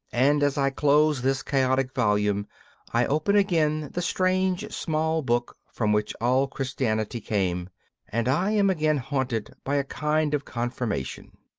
and as i close this chaotic volume i open again the strange small book from which all christianity came and i am again haunted by a kind of confirmation.